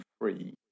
free